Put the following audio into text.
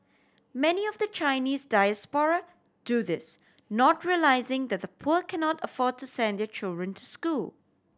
many of the Chinese diaspora do this not realising that the poor cannot afford to send their children to school